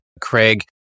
Craig